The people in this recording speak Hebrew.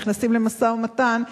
ונכנסים למשא-ומתן,